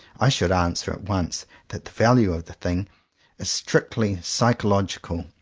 i should answer at once that the value of the thing is strictly psychological,